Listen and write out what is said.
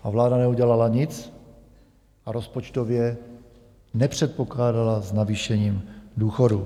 A vláda neudělala nic a rozpočtově nepředpokládala s navýšením důchodů.